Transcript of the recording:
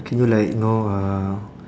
can you like you know uh